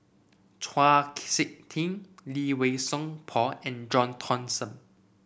Chau SiK Ting Lee Wei Song Paul and John Thomson